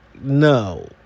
no